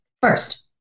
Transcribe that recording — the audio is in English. First